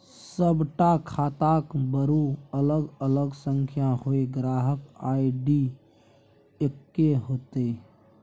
सभटा खाताक बरू अलग अलग संख्या होए ग्राहक आई.डी एक्के हेतै